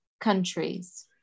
countries